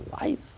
life